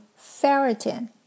ferritin